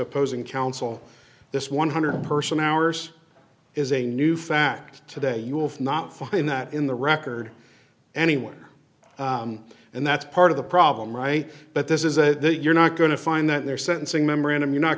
opposing counsel this one hundred person hours is a new fact today you will not find that in the record anywhere and that's part of the problem right but this is a you're not going to find that their sentencing memorandum you're not